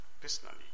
personally